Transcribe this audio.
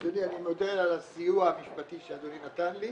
אדוני, אני מודה על הסיוע המשפטי שאדוני נתן לי.